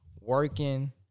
working